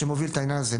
שמוביל את העניין הזה.